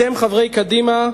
אתם, חברי קדימה,